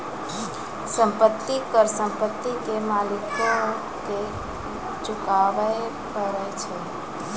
संपत्ति कर संपत्ति के मालिको के चुकाबै परै छै